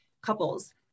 couples